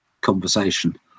conversation